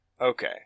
Okay